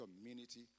community